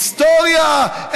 היסטוריה,